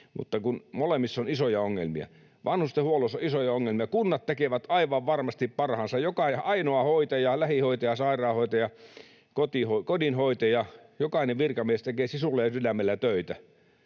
mutta kun molemmissa on isoja ongelmia. Vanhustenhuollossa on isoja ongelmia. Kunnat tekevät aivan varmasti parhaansa. Joka ainoa hoitaja, lähihoitaja, sairaanhoitaja, kodinhoitaja, jokainen virkamies tekee sisulla ja sydämellä töitä.